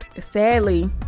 sadly